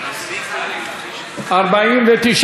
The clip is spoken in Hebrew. התשע"ו 2016, נתקבלה.